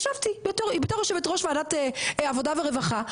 ישבתי בתור יושבת ראש ועדת עבודה ורווחה,